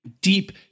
deep